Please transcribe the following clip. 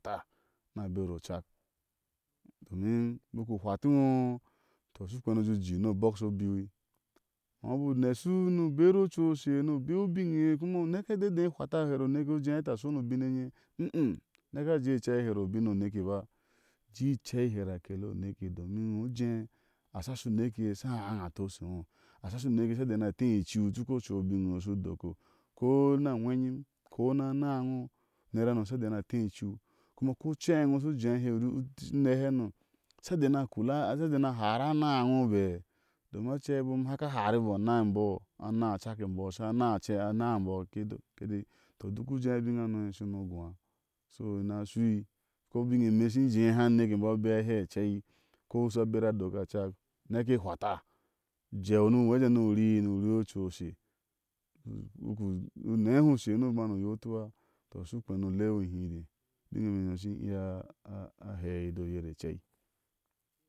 Ta na bdero chk domin unba hwatido toŋs kpeni u jiji do nobŋk sho ubiwy. i ŋgho baku neshu nu beru ubiwi i ŋgho ubaku neshu nu beru ochu oshe nu bi ubiŋ e eye kuma uneke de deihwata hero oneke aseh a shonu ubiŋ eye neke jii eshei here ɔbiŋo neke ba jii ichei here a kele o neke domin i ŋgoh ujee asho unke eye asha haŋa atɔi egoh asha sho uneke eye asha iya atei ichiuu ocho ubig ushu udokoh. ko na ngwe nyim ko na anaa e ngoh, unerano sa dena tei i ichiu kuma ko u chee ŋo ushu jee a heɨ uneheno asha dena kula asha dena lara ana ŋo bɛɛ domin a chei abom a haka hari bo ana e mbɔɔ ba annaa achak e mboo asha naa emboo ana achakemba asa anamboo asa na achakemboo ki do kimboo ujeeh unbiŋ ano ushunu guah so ina shui ko ubiŋe eme ishin jehe aneke nbo. asha nbema a lee achei ko sha bere doka achak neke hwata ujeu nu hwejen nu uri nu rii ochú oshe unechu ushe nu banu u yotuwa toh ushu kpenu le ŋo ihideei ubiŋ eme nyom ishin iya hei nu oyire echei.